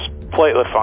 platelet